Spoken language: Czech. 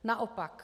Naopak.